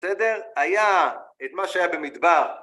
בסדר? היה את מה שהיה במדבר.